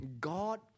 God